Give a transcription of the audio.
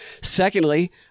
Secondly